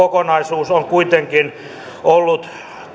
kokonaisuus on kuitenkin ollut